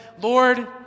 Lord